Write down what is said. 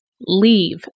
leave